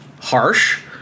harsh